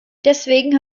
deswegen